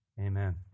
Amen